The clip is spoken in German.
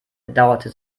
bedauerte